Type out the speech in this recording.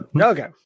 Okay